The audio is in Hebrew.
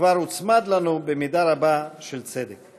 שכבר הוצמד לנו, במידה רבה של צדק.